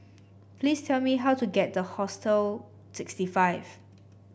please tell me how to get the Hostel sixty five